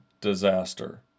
disaster